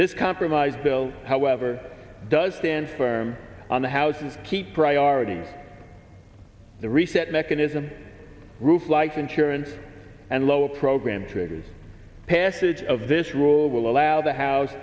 this compromise bill however does stand firm on the house and key priorities the reset mechanism roof life insurance and lower program triggers passage of this rule will allow the house